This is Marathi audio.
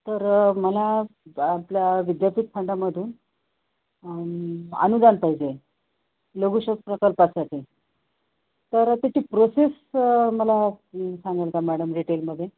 तर मला आपल्या विद्यापीठ फंडामधून अनुदान पाहिजे लघुशोध प्रकल्पासाठी तर त्याची प्रोसेस मला सांगाल का मॅडम डिटेलमध्ये